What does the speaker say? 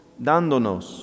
dándonos